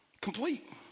complete